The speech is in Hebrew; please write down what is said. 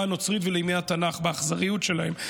הנוצרית ולימי התנ"ך באכזריות שלהם,